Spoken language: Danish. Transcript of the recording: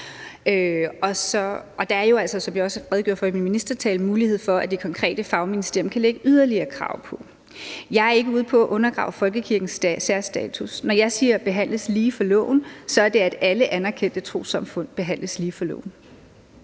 Der er jo altså, som jeg også redegjorde for i min ministertale, mulighed for, at det konkrete fagministerium kan lægge yderligere krav på. Jeg er ikke ude på at undergrave folkekirkens særstatus. Når jeg siger »behandles lige for loven« er det, at alle anerkendte trossamfund behandles lige for loven.